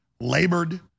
labored